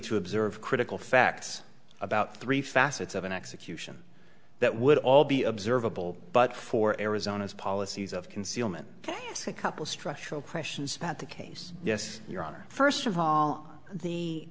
to observe critical facts about three facets of an execution that would all be observable but for arizona's policies of concealment yes a couple structural questions about the case yes your honor first of all the